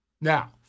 Now